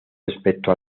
respecto